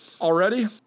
already